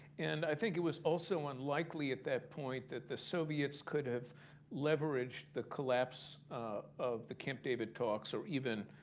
and i think it was also unlikely at that point that the soviets could have leveraged the collapse of the camp david talks-so even